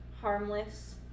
harmless